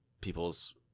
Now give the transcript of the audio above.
people's